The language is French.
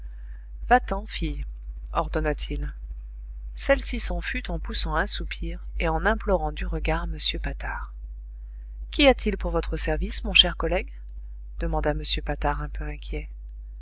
va-t'en fille ordonna-t-il celle-ci s'en fut en poussant un soupir et en implorant du regard m patard qu'y a-t-il pour votre service mon cher collègue demanda m patard un peu inquiet